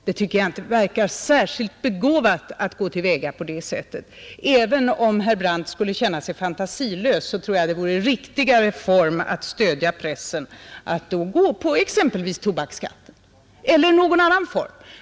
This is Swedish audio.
Det verkar inte särskilt begåvat att gå till väga på det sättet. Även om herr Brandt skulle känna sig fantasilös tror jag att han skulle stödja pressen bättre genom att gå på tobaksskatten eller liknande skatteform.